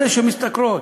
אלה שמשתכרות,